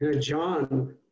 John